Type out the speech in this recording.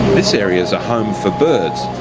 this area is a home for birds.